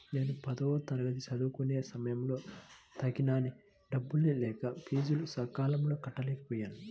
నేను పదవ తరగతి చదువుకునే సమయంలో తగినన్ని డబ్బులు లేక ఫీజులు సకాలంలో కట్టలేకపోయాను